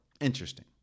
interesting